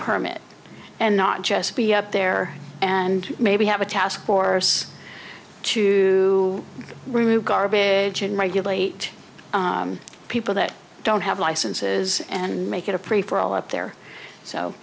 permit and not just be up there and maybe have a task force to remove garbage and regulate people that don't have licenses and make it a pretty for all up there so